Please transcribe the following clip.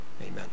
Amen